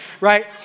right